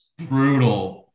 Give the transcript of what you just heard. brutal